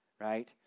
right